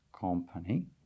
company